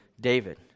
David